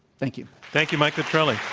thank you. thank you, mike petrilli.